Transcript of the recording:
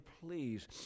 please